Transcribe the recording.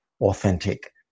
authentic